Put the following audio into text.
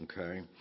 okay